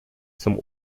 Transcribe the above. zum